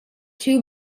two